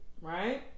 right